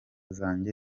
zanjye